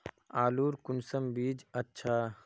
आलूर कुंसम बीज अच्छा?